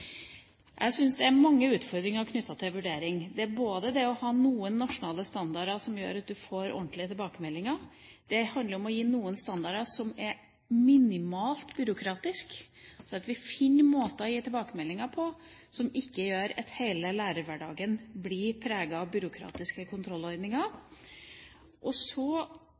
er mange utfordringer knyttet til vurdering. Det er både det å ha noen nasjonale standarder som gjør at du får ordentlige tilbakemeldinger, og det handler om å gi noen standarder som er minimalt byråkratiske, slik at vi finner måter å gi tilbakemeldinger på som ikke gjør at hele lærerhverdagen blir preget av byråkratiske kontrollordninger. Så